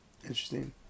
Interesting